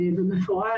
ומפורש